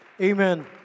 Amen